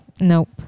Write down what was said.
Nope